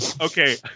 Okay